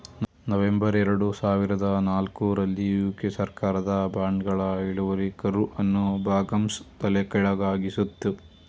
November ಎರಡು ಸಾವಿರದ ನಾಲ್ಕು ರಲ್ಲಿ ಯು.ಕೆ ಸರ್ಕಾರದ ಬಾಂಡ್ಗಳ ಇಳುವರಿ ಕರ್ವ್ ಅನ್ನು ಭಾಗಶಃ ತಲೆಕೆಳಗಾಗಿಸಿತ್ತು